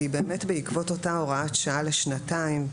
כי באמת בעקבות אותה הוראת שעה לשנתיים,